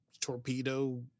torpedo